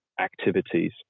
activities